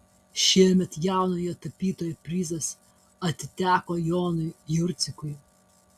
šiemet jaunojo tapytojo prizas atiteko jonui jurcikui